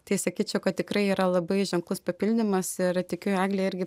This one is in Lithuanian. tai sakyčiau kad tikrai yra labai ženklus papildymas ir tikiu eglė irgi